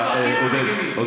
אבל עודד, תודה רבה.